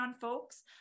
folks